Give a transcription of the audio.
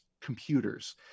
computers